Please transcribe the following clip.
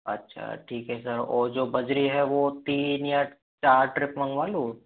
अच्छा ठीक है सर और बजरी है वो तीन या चार ट्रक मंगवा लूँ